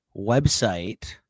website